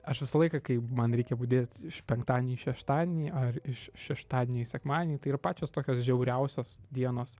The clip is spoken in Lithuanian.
aš visą laiką kai man reikia budėt penktadienį į šeštadienį ar iš šeštadienio į sekmadienį tai yra pačios tokios žiauriausios dienos